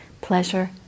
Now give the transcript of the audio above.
Pleasure